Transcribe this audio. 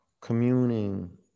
communing